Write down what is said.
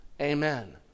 Amen